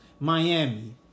Miami